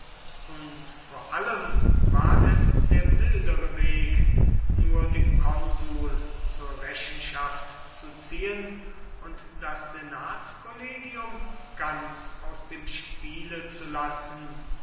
und vor allem war es der mildere weg nur den konsul zur rechenschaft zu ziehen und das senatskollegium ganz aus dem spiele zu lassen